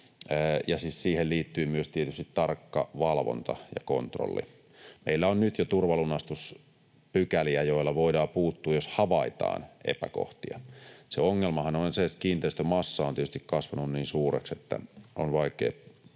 siihen liittyy myös tietysti tarkka valvonta ja kontrolli. Meillä on nyt jo turvalunastuspykäliä, joilla voidaan puuttua, jos havaitaan epäkohtia. Se ongelmahan on, että se kiinteistömassa on tietysti kasvanut niin suureksi, että on vaikea